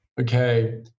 okay